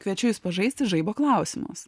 kviečiu jus pažaisti žaibo klausimus